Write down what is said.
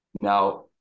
Now